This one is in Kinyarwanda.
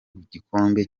gikombe